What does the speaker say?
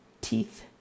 Teeth